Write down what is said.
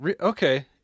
Okay